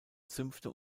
zünfte